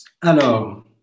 Alors